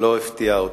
לא הפתיעה אותנו.